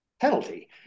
penalty